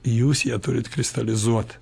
jūs ją turit kristalizuot